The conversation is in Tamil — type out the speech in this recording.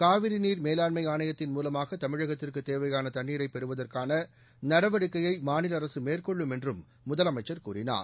காவிரி நீர் மேலாண்மை ஆணையத்தின் மூலமாக தமிழகத்திற்கு தேவையான தண்ணீரை பெறுவதற்கான நடவடிக்கையை மாநில அரசு மேற்கொள்ளும் என்றும் முதலமைச்சர் கூறினார்